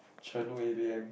A_D_M